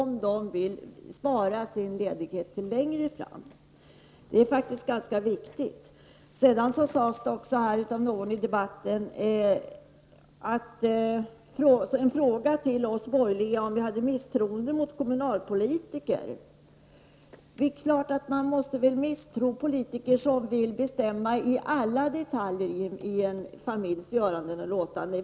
Det är faktiskt en ganska viktig fråga. Någon frågade i debatten om vi borgerliga kände misstroende mot kommunalpolitiker. Ja, det är klart att man måste misstro politiker som vill bestämma beträffande alla detaljer i en familjs göranden och låtanden.